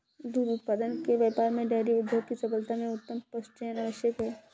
दुग्ध उत्पादन के व्यापार में डेयरी उद्योग की सफलता में उत्तम पशुचयन आवश्यक है